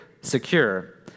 secure